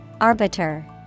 Arbiter